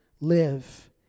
live